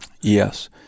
Yes